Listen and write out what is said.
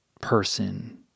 person